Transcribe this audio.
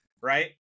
right